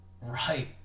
Right